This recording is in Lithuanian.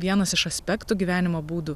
vienas iš aspektų gyvenimo būdų